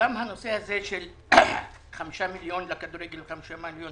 גם בעניין של חמישה מיליון שקל לכדורגל וחמישה מיליון